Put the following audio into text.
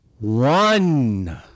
one